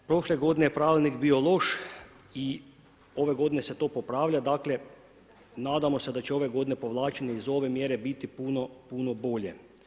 Prošle godine je pravilnik bio loš i ove godine se to popravlja, dakle nadamo se da će ove godine povlačenje iz ove mjere biti puno, puno bolje.